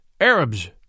Arabs